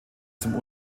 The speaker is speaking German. zum